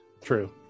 True